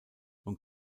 und